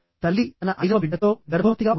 తల్లి తన ఐదవ బిడ్డతో గర్భవతిగా ఉంది